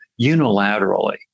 unilaterally